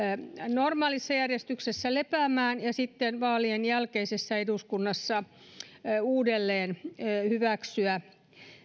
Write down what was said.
normaalissa järjestyksessä lepäämään ja sitten vaalien jälkeisessä eduskunnassa täytyy uudelleen hyväksyä